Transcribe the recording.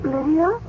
Lydia